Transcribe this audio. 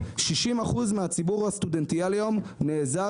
60% מהציבור הסטודנטיאלי היום נעזר